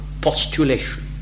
postulation